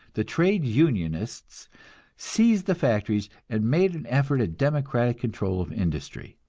the trade unionists seized the factories, and made an effort at democratic control of industry.